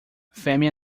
fêmea